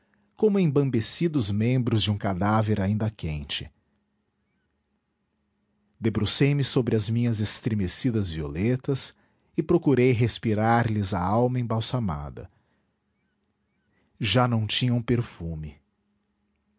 como embambecidos membros de um cadáver ainda quente debrucei me sobre as minhas estremecidas violetas e procurei respirar lhes a alma embalsamada já não tinham perfume